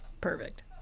Perfect